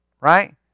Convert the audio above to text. Right